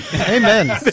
Amen